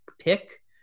pick